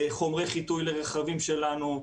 חומרי חיטוי לרכבים שלנו,